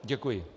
Děkuji.